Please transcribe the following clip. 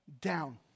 down